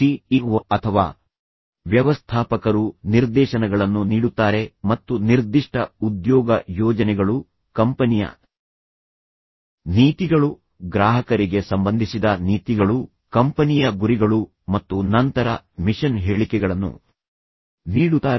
C E O ಅಥವಾ ವ್ಯವಸ್ಥಾಪಕರು ನಿರ್ದೇಶನಗಳನ್ನು ನೀಡುತ್ತಾರೆ ಮತ್ತು ನಿರ್ದಿಷ್ಟ ಉದ್ಯೋಗ ಯೋಜನೆಗಳು ಕಂಪನಿಯ ನೀತಿಗಳು ಗ್ರಾಹಕರಿಗೆ ಸಂಬಂಧಿಸಿದ ನೀತಿಗಳು ಕಂಪನಿಯ ಗುರಿಗಳು ಮತ್ತು ನಂತರ ಮಿಷನ್ ಹೇಳಿಕೆಗಳನ್ನು ನೀಡುತ್ತಾರೆ